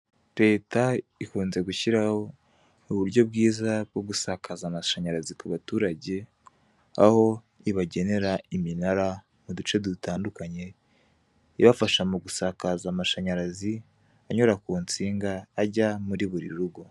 Leta ikunze gushyiraho uburyo bwiza bwo gusakaza amashanyarazi ku baturage, aho ibagenera iminara mu duce dutandukanye, ibafasha mu gusakaza amashanyarazi, anyura ku nsinga ajya muri buri rugo.